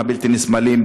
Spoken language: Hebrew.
הבלתי-נסבלים,